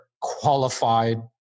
qualified